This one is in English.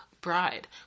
bride